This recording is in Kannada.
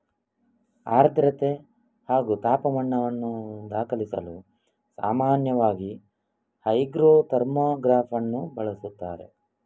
ಆರ್ದ್ರತೆ ಹಾಗೂ ತಾಪಮಾನವನ್ನು ದಾಖಲಿಸಲು ಸಾಮಾನ್ಯವಾಗಿ ಹೈಗ್ರೋ ಥರ್ಮೋಗ್ರಾಫನ್ನು ಬಳಸುತ್ತಾರೆ